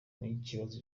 n’ikibazo